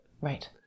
Right